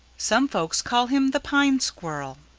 some folks call him the pine squirrel.